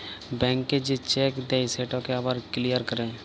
ব্যাংকে যে চ্যাক দেই সেটকে আবার কিলিয়ার ক্যরে